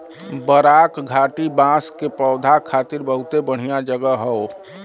बराक घाटी बांस के पौधा खातिर बहुते बढ़िया जगह हौ